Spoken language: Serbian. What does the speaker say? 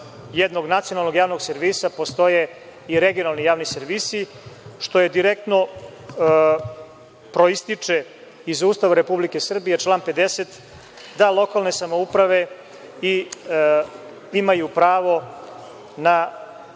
jednog nacionalnog javnog servisa postoje i regionalni javni servisi, što direktno proističe iz Ustava Republike Srbije, člana 50, da lokalne samouprave imaju pravo na